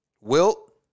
Wilt